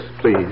please